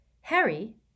Harry